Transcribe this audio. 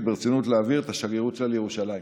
ברצינות להעביר את השגרירות שלה לירושלים